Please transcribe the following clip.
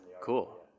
cool